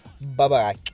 bye-bye